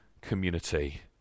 community